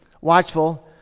watchful